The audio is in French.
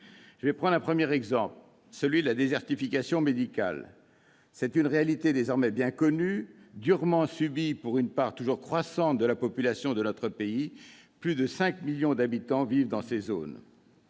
Je vais prendre un premier exemple : celui de la désertification médicale. C'est une réalité désormais bien connue, durement subie par une part toujours croissante de la population de notre pays- plus de 5 millions d'habitants vivent dans ces zones.